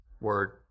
word